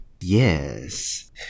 Yes